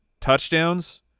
touchdowns